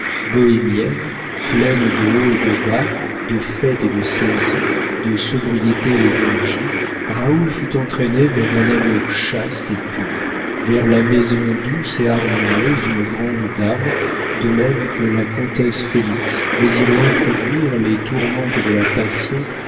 bohémienne pleine de hauts et de bas de fêtes et de saisies de sobriétés et d'orgies raoul fût entraîné vers un amour chaste et pur vers la maison douce et harmonieuse d'une grande dame de même que la comtesse félix désirait introduire les tourmentes de la passion